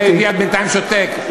הבית היהודי בינתיים שותק,